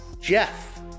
Jeff